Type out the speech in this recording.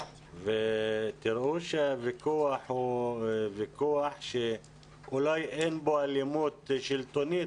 תראו שהוויכוח הוא ויכוח שאולי אין בו אלימות שלטונית,